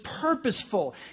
purposeful